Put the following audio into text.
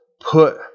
put